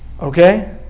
Okay